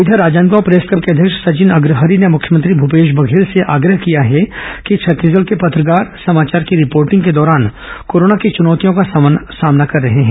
इधर Rajnandgaon press club के अध्यक्ष सचिन अग्रहरि ने मुख्यमंत्री भूपेश बघेल से आग्रह किया है कि छत्तीसगढ़ के पत्रकार समाचार की रिपोर्टिंग के दौरान कोरोना की चुनौतियों का सामना कर रहे हैं